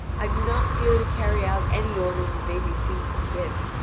i do not fear to carry out any order you may be pleased to give.